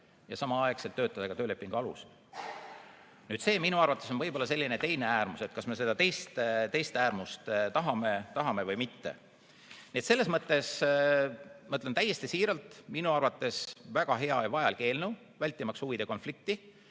ja samaaegselt töötada ka töölepingu alusel. See on minu arvates selline teine äärmus. Kas me seda teist äärmust tahame või mitte? Nii et selles mõttes ma ütlen täiesti siiralt: minu arvates väga hea ja vajalik eelnõu, vältimaks huvide konflikti.